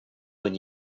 when